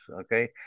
Okay